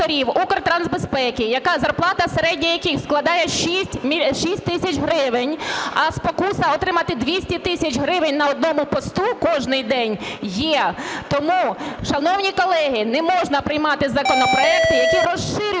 Укртрансбезпеки, зарплата середня яких складає 6 тисяч гривень, а спокуса отримати 200 тисяч гривень на одному посту кожний день є. Тому, шановні колеги, не можна приймати законопроекти, які розширюють